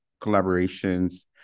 collaborations